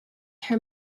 her